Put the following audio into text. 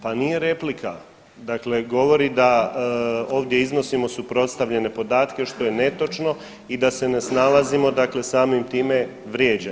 Pa nije replika, dakle govori da ovdje iznosimo suprotstavljene podatke što je netočno i da se ne snalazimo, dakle samim time vrijeđa.